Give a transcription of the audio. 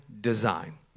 Design